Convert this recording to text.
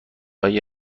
های